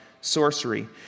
sorcery